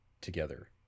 together